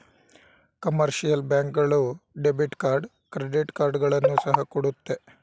commercial bank ಗಳು debit card credit ಕಾರ್ಡ್ಗಳನ್ನು ಸಹ ಕೊಡುತ್ತೆ